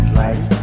life